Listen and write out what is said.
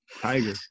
Tiger